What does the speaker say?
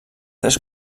tres